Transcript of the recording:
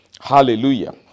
hallelujah